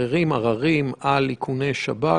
בנוגע לאיכוני שב"כ,